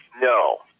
no